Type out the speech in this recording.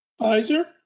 Pfizer